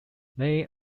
they